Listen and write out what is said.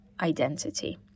identity